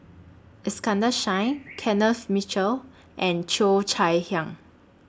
Iskandar Shah Kenneth Mitchell and Cheo Chai Hiang